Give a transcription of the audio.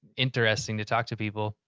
interesting to talk to people.